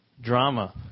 drama